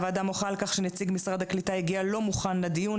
הוועדה מוחה על כך שנציג משרד הקליטה הגיע לא מוכן לדיון,